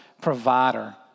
provider